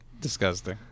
disgusting